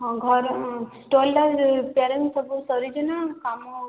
ହଁ ଘର ରିପ୍ୟାରିଙ୍ଗ୍ ସବୁ ସରିଛି ନା କାମ ହେଉଛି